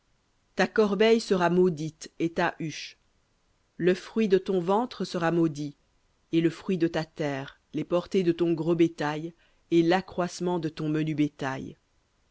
ta corbeille sera maudite et ta huche le fruit de ton ventre sera maudit et le fruit de ta terre les portées de ton gros bétail et l'accroissement de ton menu bétail